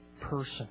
person